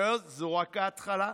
וזו רק ההתחלה.